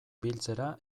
biltzera